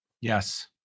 Yes